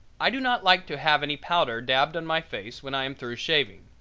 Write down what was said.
i do not like to have any powder dabbed on my face when i am through shaving.